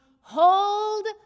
hold